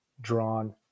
drawn